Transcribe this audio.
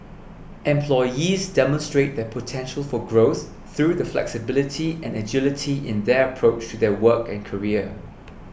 employees demonstrate their potential for growth through the flexibility and agility in their approach to their work and career